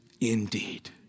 indeed